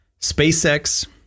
SpaceX